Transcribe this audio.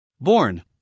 Born